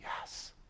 yes